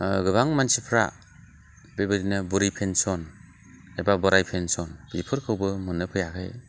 गोबां मानसिफ्रा बेबादिनो बुरि पेनसन एबा बोराय पेनसन बेफोरखौबो मोननो फैयाखै